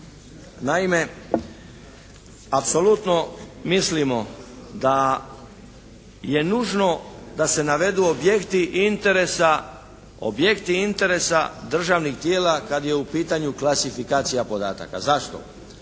Naime, apsolutno mislimo da je nužno da se navedu objekti interesa državnih tijela kad je u pitanju klasifikacija podataka. Zašto?